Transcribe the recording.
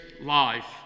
life